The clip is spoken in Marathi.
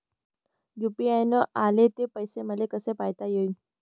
यू.पी.आय न आले ते पैसे मले कसे पायता येईन?